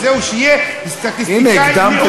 רוצה שהוא יהיה סטטיסטיקאי לאומי,